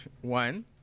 One